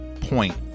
point